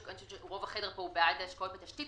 רוב החדר פה הוא בעד השקעות בתשתית,